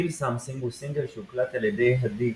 "Feel Something" הוא סינגל שהוקלט על ידי הדי.